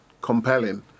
compelling